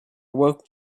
awoke